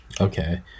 okay